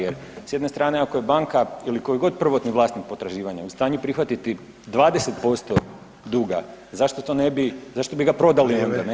Jer, s jedne strane, ako je banka ili koji je god prvotni vlasnik potraživanja u stanju prihvatiti 20% duga, zašto to ne bi, zašto bi ga prodali [[Upadica: Vrijeme.]] onda, je?